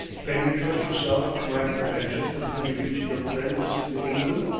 can you trust yourself to my protection until we reach your friends in england?